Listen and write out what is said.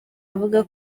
avuga